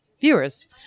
viewers